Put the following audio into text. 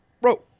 bro